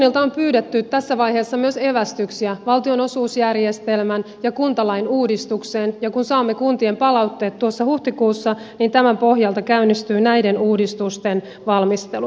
kunnilta on pyydetty tässä vaiheessa myös evästyksiä valtionosuusjärjestelmän ja kuntalain uudistukseen ja kun saamme kuntien palautteet huhtikuussa niin tämän pohjalta käynnistyy näiden uudistusten valmistelu